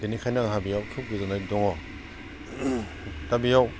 बेनिखायनो आंहा बेयाव खोब गोजोननाय दङ दा बेयाव